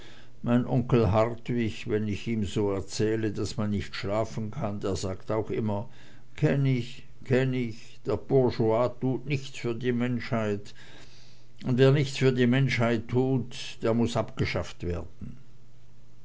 mein onkel hartwig wenn ich ihm so erzähle daß man nicht schlafen kann der sagt auch immer kenn ich kenn ich der bourgeois tut nichts für die menschheit und wer nichts für die menschheit tut der muß abgeschafft werden